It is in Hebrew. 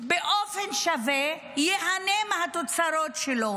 באופן שווה ייהנה מהתוצרים שלו,